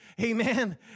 Amen